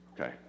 Okay